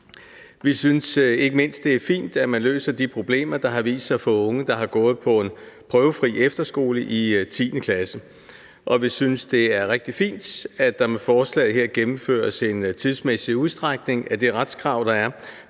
Vi synes ikke mindst, det er fint, at man løser de problemer, der har vist sig for unge, der har gået på en prøvefri efterskole i 10. klasse. Og vi synes, det er rigtig fint, at der med forslaget her gennemføres en tidsmæssig udstrækning af det retskrav, der er